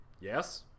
Yes